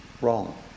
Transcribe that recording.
wrong